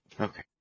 Okay